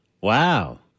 Wow